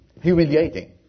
humiliating